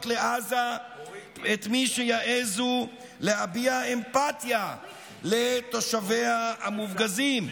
לעזה את מי שיעזו להביע אמפתיה לתושביה המופגזים?